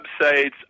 websites